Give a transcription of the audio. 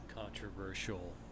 controversial